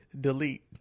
delete